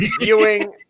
viewing